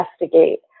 investigate